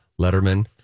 Letterman